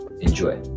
Enjoy